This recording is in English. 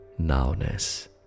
nowness